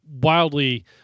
wildly